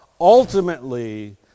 ultimately